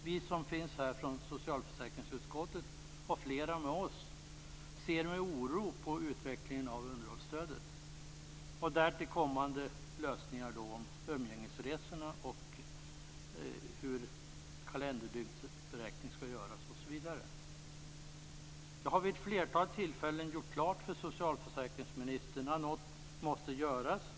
Vi som finns här från socialförsäkringsutskottet, och flera med oss, ser med oro på utvecklingen av underhållsstödet och därtill kommande lösningar vad gäller umgängesresorna, på hur kalenderdygnsberäkningen skall göras osv. Jag har vid ett flertal tillfällen gjort klart för socialförsäkringsministern att något måste göras.